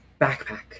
backpack